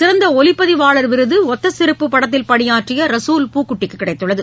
சிறந்தஒலிப்பதிவாளர் விருதுஒத்தசெருப்பு படத்தில் பணியாற்றியரசூல் பூகுட்டிக்குகிடைத்துள்ளது